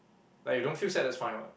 like you don't feel sad that's fine [what]